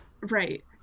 right